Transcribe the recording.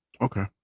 Okay